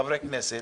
חברי הכנסת